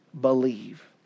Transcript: believe